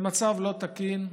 זה מצב לא תקין,